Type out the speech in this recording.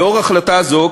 לאור החלטה זו,